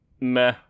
meh